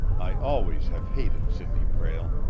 i always have hated sidney prale.